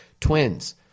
Twins